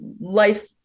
life